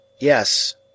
Yes